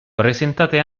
presentate